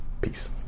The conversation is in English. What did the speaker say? Peace